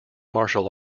martial